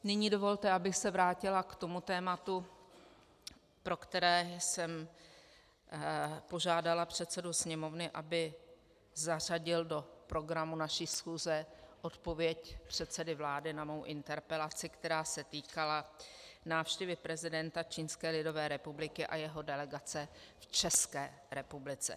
Nyní dovolte, aby se vrátila k tématu, pro které jsem požádala předsedu Sněmovny, aby zařadil do programu naší schůze odpověď předsedy vlády na mou interpelaci, která se týkala návštěvy prezidenta Čínské lidové republiky a jeho delegace v České republice.